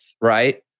right